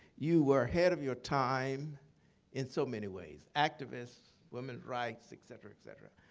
you were ahead of your time in so many ways. activist, women's rights, et cetera, et cetera.